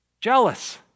jealous